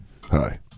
Hi